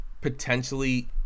potentially